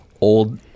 old